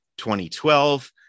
2012